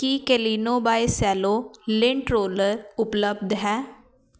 ਕੀ ਕਲੀਨੋ by Cello lint roller ਉਪਲੱਬਧ ਹੈ